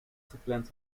gepland